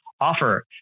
offer